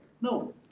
no